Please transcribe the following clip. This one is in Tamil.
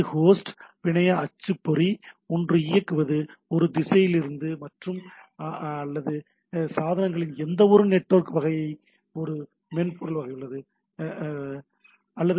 இது ஹோஸ்ட் பிணைய அச்சுப்பொறி ஒன்று இயங்குவது ஒரு திசைவி மற்றும் அல்லது சாதனங்களின் எந்த நெட்வொர்க் வகை ஒரு மென்பொருள் உள்ளது